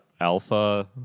Alpha